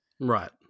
Right